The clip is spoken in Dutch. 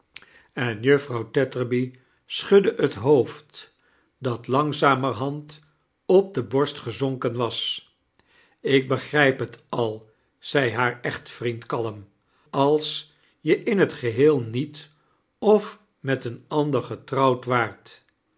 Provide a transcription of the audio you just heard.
en juffrouw tetteirby schudd het hoofd dat langzamerhand op de borst gezonken was ik begrqp het al zei haar echtvriend kalm als je in t geheel niet of met een ander getrouwd waart